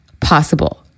possible